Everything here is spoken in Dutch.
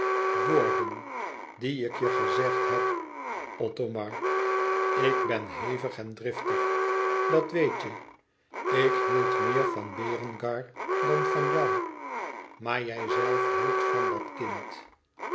woorden die ik je gezegd heb othomar ik ben hevig en driftig dat weet je ik hield meer van berengar dan van jou maar jijzelf hield van dat kind